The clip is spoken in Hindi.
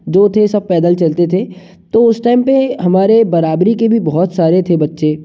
दो थे सब पैदल चलते थे तो उस टाइम पे हमारे बराबरी के भी थे बहुत सारे बच्चे